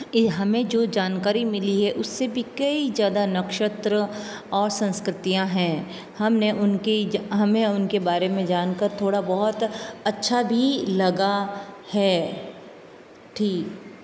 हमें जो जानकारी मिली है उस से भी कई ज़्यादा नक्षत्र और संस्कृतियाँ हैं हम ने उन के जा हमें उन के बारे में जान कर थोड़ा बहुत अच्छा भी लगा है ठीक